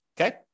Okay